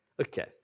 Okay